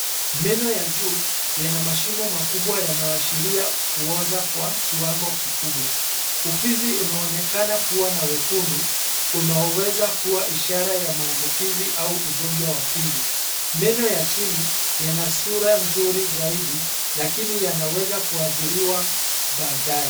Meno ya juu yana mashimo makubwa yanayowashiria kuoza kwa kiwango kikubwa. Ufizi unaoneka kuwa na wekundu unaoweza kuwa ishara ya maambukizi ama ugonjwa wa fizi. Meno ya chini yana sura nzuri zaidi lakini yanaweza kuadhiriwa baadaye.